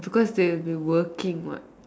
because they have been working what